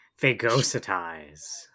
Phagocytize